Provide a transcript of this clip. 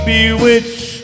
Bewitched